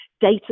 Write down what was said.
data